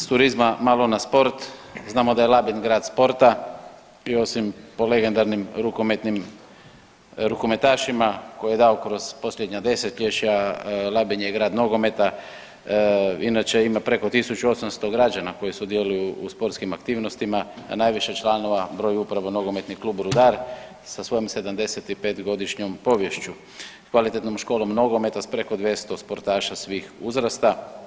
S turizma malo na sport, znamo da je Labin grad sporta i osim po legendarnim rukometnim rukometašima koje je dao kroz posljednja desetljeća Labin je grad nogometa, inače ima preko 1800 građana koji sudjeluju u sportskim aktivnostima, a najviše članova broj upravo NK „Rudar“ sa svojom 75-godišnjom poviješću, kvalitetnom školom nogometa s preko 200 sportaša svih uzrasta.